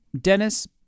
Dennis